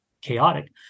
chaotic